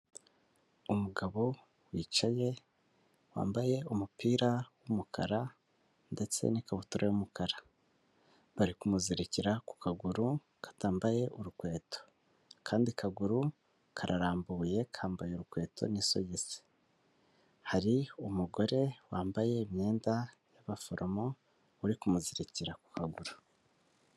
Umugabo wicaye wambaye umupira w'umukara ndetse n'ikabutura y'umukara bari kumuzirekera ku kaguru katambaye urukweto, akandi kaguru kararambuye kambaye inkweto n'isogisi hari umugore wambaye imyenda y'abaforomo uri kumuzirikira ako kaguru.